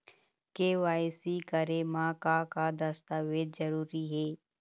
KYC करे म का का दस्तावेज जरूरी हे?